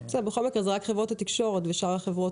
בכל מקרה זה רק חברות התקשורת ושאר החברות